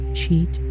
cheat